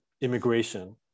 immigration